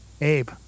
Abe